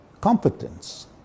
competence